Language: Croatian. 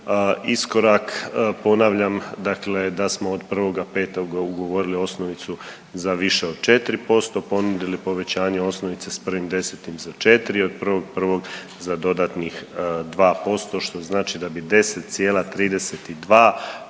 iskorak, ponavljam dakle da smo od 1.5. ugovorili osnovicu za više od 4%, ponudili povećanje osnovice s 1.10. za 4, od 1.1. za dodatnih 2% što znači da bi 10,32%